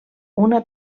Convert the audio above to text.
una